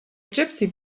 gypsy